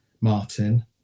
martin